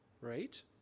right